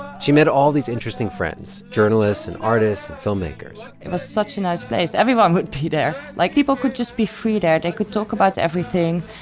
she met all these interesting friends journalists and artists and filmmakers it was such a nice place. everyone would be there. like, people could just be free there. they could talk about everything.